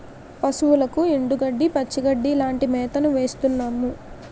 పశువులకు ఎండుగడ్డి, పచ్చిగడ్డీ లాంటి మేతను వేస్తున్నాము